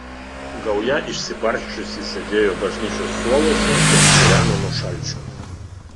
gauja išsibarsčiusi sėdėjo bažnyčios suoluose ir stireno nuo šalčio